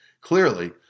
Clearly